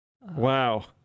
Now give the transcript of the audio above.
Wow